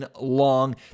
long